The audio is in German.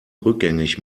rückgängig